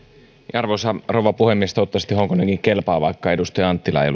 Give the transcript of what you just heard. arvoisa rouva puhemies toivottavasti honkonenkin kelpaa vaikka edustaja anttila ei